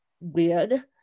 weird